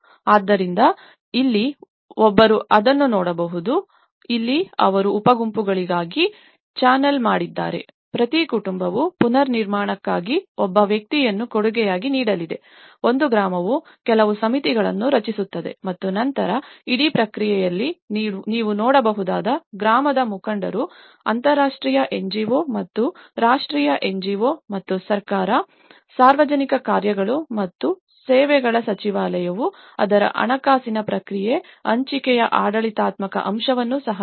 ಆದ್ದರಿಂದ ಇಲ್ಲಿ ಒಬ್ಬರು ಅದನ್ನು ನೋಡಬಹುದು ಇಲ್ಲಿ ಅವರು ಉಪಗುಂಪುಗಳಾಗಿ ಚಾನೆಲ್ ಮಾಡಿದ್ದಾರೆ ಪ್ರತಿ ಕುಟುಂಬವು ಪುನರ್ನಿರ್ಮಾಣಕ್ಕಾಗಿ ಒಬ್ಬ ವ್ಯಕ್ತಿಯನ್ನು ಕೊಡುಗೆಯಾಗಿ ನೀಡಲಿದೆ ಒಂದು ಗ್ರಾಮವು ಕೆಲವು ಸಮಿತಿಗಳನ್ನು ರಚಿಸುತ್ತದೆ ಮತ್ತು ನಂತರ ಇಡೀ ಪ್ರಕ್ರಿಯೆಯಲ್ಲಿ ನೀವು ನೋಡಬಹುದು ಗ್ರಾಮದ ಮುಖಂಡರು ಅಂತರರಾಷ್ಟ್ರೀಯ NGO ಮತ್ತು ರಾಷ್ಟ್ರೀಯ NGO ಮತ್ತು ಸರ್ಕಾರ ಸಾರ್ವಜನಿಕ ಕಾರ್ಯಗಳು ಮತ್ತು ಸೇವೆಗಳ ಸಚಿವಾಲಯವು ಅದರ ಹಣಕಾಸಿನ ಪ್ರಕ್ರಿಯೆ ಹಂಚಿಕೆಯ ಆಡಳಿತಾತ್ಮಕ ಅಂಶವನ್ನು ಸಹ ನೋಡಿದೆ